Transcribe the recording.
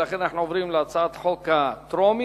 ולכן אנחנו עוברים להצעת החוק הטרומית.